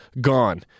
gone